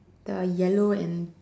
the yellow and